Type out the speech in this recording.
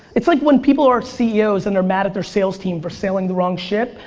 it's like when people are ceo's and they're mad at their sales team for selling the wrong shit,